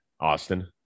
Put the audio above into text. Austin